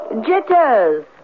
Jitters